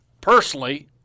personally